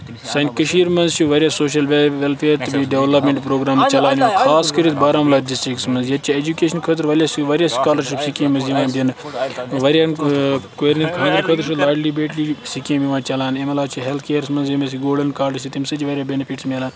سانہِ کشیٖرِ منٛز چھُ واریاہ سوشَل ویٚلفیر تہِ بہٕ ڈیولاپمینٹ پروگرام تہِ چَلان خاص کٔرتھ بارہمولہ ڈِسٹرکس منٛز ییٚتہِ چھِ ایجُکیشن خٲطرٕ واریاہ واریاہ سکالرشِپ سِکیٖمٕز یِوان دِنہٕ واریہن کورین خٲطرٕ چھُ لاڈلی بیٹی سِکیٖم یِوان چلاونہٕ امہِ عَلاوٕ چھِ ہیلٕتھ کیرس منٛز ییٚمِس گولڈن کاڈٕس چھِ تِم تتھ چھِ واریاہ بینفِٹ ملان